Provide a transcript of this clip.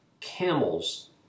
camels